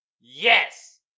Yes